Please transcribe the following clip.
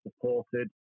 supported